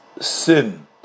sin